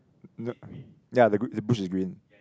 <UNK ya the the bush is green